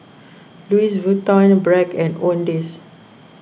Louis Vuitton Bragg and Owndays